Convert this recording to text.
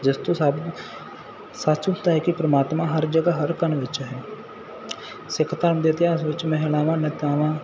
ਜਿਸ ਤੋਂ ਸਭ ਸੱਚ ਹੁੰਦਾ ਹੈ ਕਿ ਪਰਮਾਤਮਾ ਹਰ ਜਗ੍ਹਾ ਹਰ ਕਣ ਵਿੱਚ ਹੈ ਸਿੱਖ ਧਰਮ ਦੇ ਇਤਿਹਾਸ ਵਿੱਚ ਮਹਿਲਾਵਾਂ ਨੇਤਾਵਾਂ